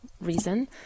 reason